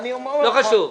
לא חשוב.